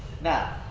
Now